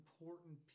important